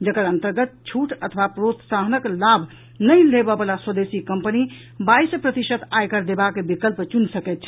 जेकर अंतर्गत छूट अथवा प्रोत्साहनक लाभ नहि लेबऽ बला स्वदेशी कंपनी बाईस प्रतिशत आयकर देबाक विकल्प चुनि सकैत अछि